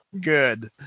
good